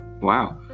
Wow